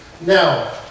Now